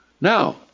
Now